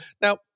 Now